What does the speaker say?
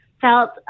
felt